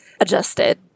adjusted